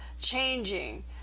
changing